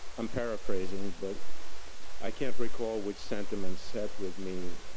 i'm paraphrasing but i can't recall which sentiment sat with me